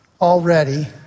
already